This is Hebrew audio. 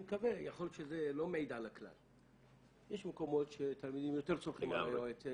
יש מקומות שתלמידים יותר סומכים על היועצת